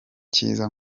cyiza